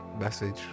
message